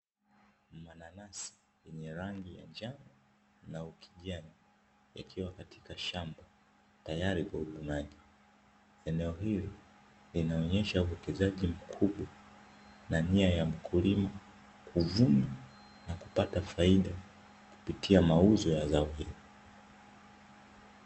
Mananasi yenye rangi ya njano na ukijani yakiwa katika shamba tayari kwa uvunaji, eneo hili linaonesha uwekezaji mkubwa na nia ya mkulima kuvuna na kupata faida, kupitia mauzo ya zao hilo.